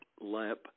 lamp